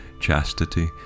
chastity